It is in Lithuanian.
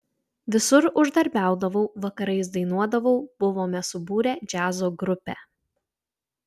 visur uždarbiaudavau vakarais dainuodavau buvome subūrę džiazo grupę